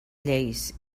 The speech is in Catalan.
lleis